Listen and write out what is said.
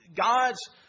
God's